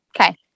Okay